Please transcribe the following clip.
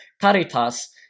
Caritas